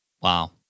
Wow